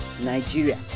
Nigeria